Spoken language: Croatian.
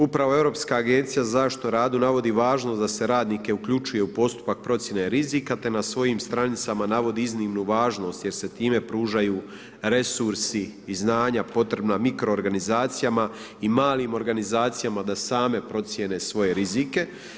Upravo Europska agencija za zaštitu na radu navodi važnost da se radnike uključuje u postupak procjene rizika te na svojim stranicama navodi iznimnu važnost jer se time pružaju resursi i znanja potrebna mikroorganizacijama i malim organizacijama da same procjene svoje rizike.